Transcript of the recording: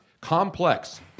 complex